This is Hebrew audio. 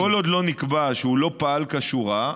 וכל עוד לא נקבע שהוא לא פעל כשורה,